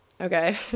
Okay